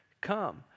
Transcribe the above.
come